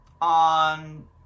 on